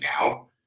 now